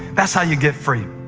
that's how you get free.